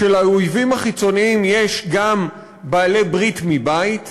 שלאויבים החיצוניים יש גם בעלי-ברית מבית.